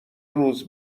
روز